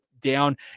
Down